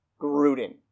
Gruden